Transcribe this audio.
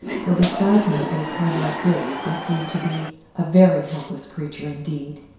for beside him at a time like this i seemed to be a very helpless creature indeed.